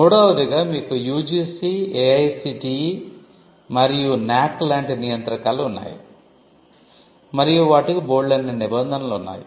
మూడవదిగా మీకు UGC AICTE మరియు ఎన్ఎఎసి లాంటి నియంత్రకాలు ఉన్నాయి మరియు వాటికి బోల్డన్ని నిబంధనలు ఉన్నాయి